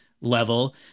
level